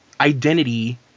identity